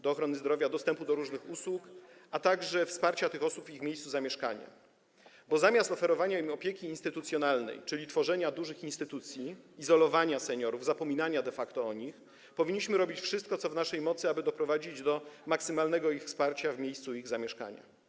do ochrony zdrowia, dostępu do różnych usług, a także wsparcia tych osób w miejscu ich zamieszkania, bo zamiast oferowania im opieki instytucjonalnej, czyli tworzenia dużych instytucji, izolowania seniorów, zapominania de facto o nich, powinniśmy robić wszystko, co w naszej mocy, aby doprowadzić do maksymalnego ich wsparcia w miejscu zamieszkania.